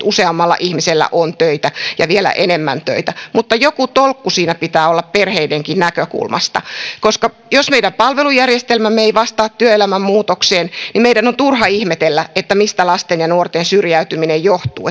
useammalla ihmisellä on töitä ja vielä enemmän töitä mutta joku tolkku siinä pitää olla perheidenkin näkökulmasta jos meidän palvelujärjestelmämme ei vastaa työelämän muutokseen niin meidän on turha ihmetellä mistä lasten ja nuorten syrjäytyminen johtuu